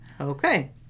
Okay